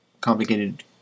complicated